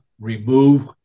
remove